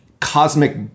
cosmic